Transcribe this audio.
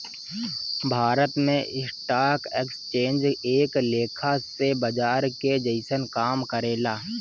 भारत में stock exchange एक लेखा से बाजार के जइसन काम करेला